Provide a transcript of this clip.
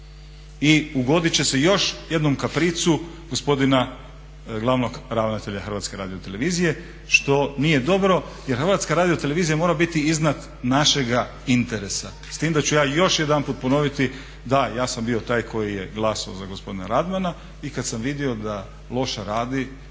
i ugodit će se još jednom kapricu gospodina glavnog ravnatelja Hrvatske radiotelevizije što nije dobro, jer Hrvatska radiotelevizija mora biti iznad našega interesa s tim da ću ja još jedanput ponoviti, da ja sam bio taj koji je glasao za gospodina Radmana. I kad sam vidio da loše radi